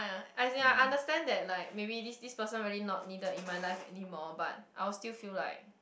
as in I understand that like maybe this this person really needed in my life anymore but I would still feel like